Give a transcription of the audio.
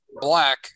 black